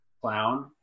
clown